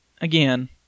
again